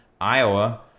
Iowa